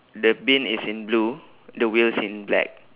the bin is in blue the wheels in black